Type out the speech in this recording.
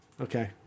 Okay